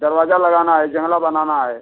दरवाजा लगाना है जंगला बनाना है